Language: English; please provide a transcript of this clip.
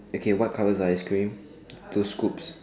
okay what colour is the ice cream two scoops